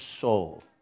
soul